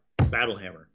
Battlehammer